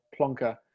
plonker